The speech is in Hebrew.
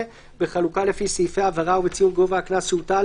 בחלוקה לפי סעיפי העבירה ובציון גובה הקנס שהוטל,